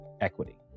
equity